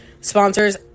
sponsors